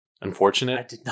Unfortunate